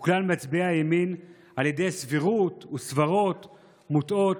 ושל כלל מצביעי הימין על ידי סבירות וסברות מוטעות,